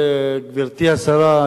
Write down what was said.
גברתי השרה,